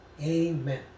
Amen